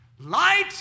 Light